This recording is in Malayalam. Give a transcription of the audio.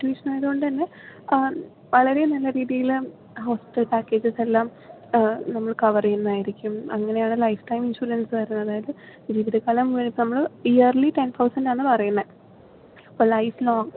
സിറ്റുവേഷൻ ആയതുകൊണ്ട് തന്നെ വളരെ നല്ല രീതിയിൽ ഹോസ്പിറ്റൽ പാക്കേജസ് എല്ലാം നമ്മൾ കവർ ചെയ്യുന്നതായിരിക്കും അങ്ങനെയാണ് ലൈഫ് ടൈം ഇൻഷുറൻസ് വരുന്നത് അതായത് ജീവിതകാലം മുഴുവൻ നമ്മൾ ഇയർലി ടെൻ തൗസന്റ് ആണ് പറയുന്നത് അപ്പോൾ ലൈഫ് ലോങ്ങ്